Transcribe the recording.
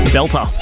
Delta